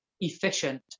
efficient